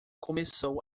começou